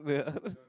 yeah